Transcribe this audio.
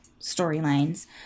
storylines